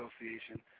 Association